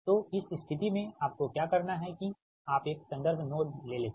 तो इस स्थिति में आपको क्या करना है कि आप एक संदर्भ नोड लेते हैं